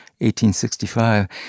1865